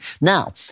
Now